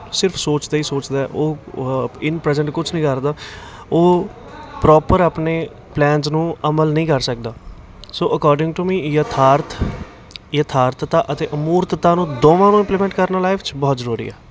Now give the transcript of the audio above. ਸਿਰਫ ਸੋਚਦਾ ਹੀ ਸੋਚਦਾ ਉਹ ਇਨ ਪ੍ਰਜੈਂਟ ਕੁਛ ਨਹੀਂ ਕਰਦਾ ਉਹ ਪ੍ਰੋਪਰ ਆਪਣੇ ਪਲੈਨਸ ਨੂੰ ਅਮਲ ਨਹੀਂ ਕਰ ਸਕਦਾ ਸੋ ਅਕੋਰਡਿੰਗ ਟੂ ਮੀ ਯਥਾਰਥ ਯਥਾਰਥਤਾ ਅਤੇ ਅਮੂਰਤਤਾ ਨੂੰ ਦੋਵਾਂ ਨੂੰ ਇੰਪਲੀਮੇਂਟ ਕਰਨਾ ਲਾਈਫ ਵਿੱਚ ਬਹੁਤ ਜ਼ਰੂਰੀ ਆ